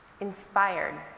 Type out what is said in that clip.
inspired